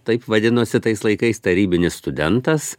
taip vadinosi tais laikais tarybinis studentas